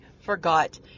forgot